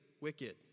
wicked